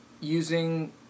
using